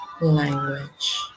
language